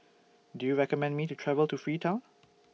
Do YOU recommend Me to travel to Freetown